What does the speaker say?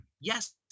Yes